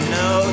no